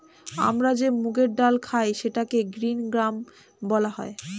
আমরা যে মুগের ডাল খাই সেটাকে গ্রীন গ্রাম বলা হয়